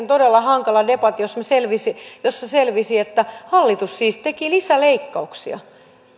todella hankalan debatin jossa selvisi jossa selvisi että hallitus siis teki lisäleikkauksia